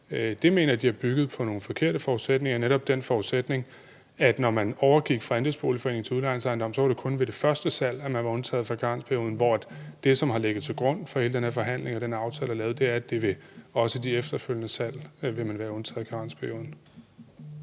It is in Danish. pct. – har bygget på en forkert forudsætning, netop den forudsætning, at når man overgik fra andelsboligforening til udlejningsejendom, var det kun ved det første salg, man var undtaget fra karensperioden, mens det, som har ligget til grund for hele den her forhandling og den aftale, der er lavet, er, at man også ved de efterfølgende salg vil være undtaget fra karensperioden.